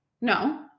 No